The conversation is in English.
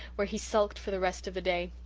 where he sulked for the rest of the day.